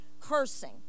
cursing